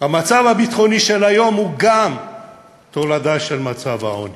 המצב הביטחוני של היום הוא גם תולדה של מצב העוני.